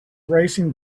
racing